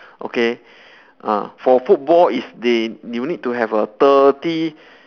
okay ah for football is they you need to have a thirty